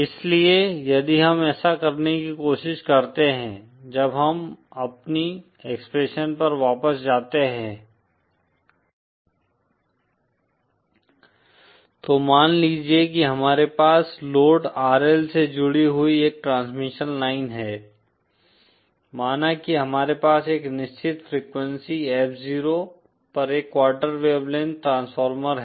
इसलिए यदि हम ऐसा करने की कोशिश करते हैं जब हम अपनी एक्सप्रेशन पर वापस जाते हैं तो मान लीजिए कि हमारे पास लोड RL से जुडी हुई एक ट्रांसमिशन लाइन है माना कि हमारे पास एक निश्चित फ्रिक्वेंसी F 0 पर एक क्वार्टर वेवलेंथ ट्रांसफार्मर है